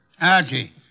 Archie